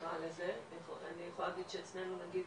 נקרא לזה, אני יכולה להגיד שאצלנו נגיד,